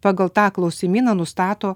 pagal tą klausimyną nustato